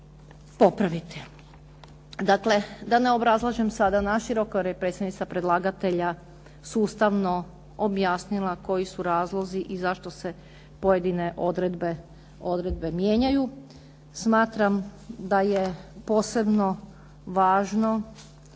popraviti. Dakle, da ne obrazlažem sada naširoko jer je predsjednica predlagatelja sustavno objasnila koji su razlozi i zašto se pojedine odredbe mijenjaju. Smatram da je posebno važno